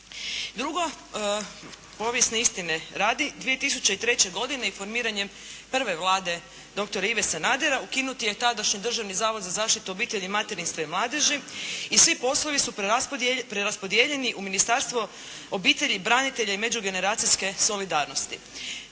Drugo. Povijesne istine radi, 2003. godine informiranjem prve Vlade dr. Ive Sanadera ukinut je tadašnji Državni zavod za zaštitu obitelji, materinstva i mladeži i svi poslovi su preraspodijeljeni u Ministarstvo obitelji, branitelja i međugeneracijske solidarnosti.